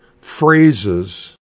phrases